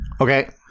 okay